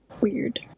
Weird